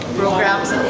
programs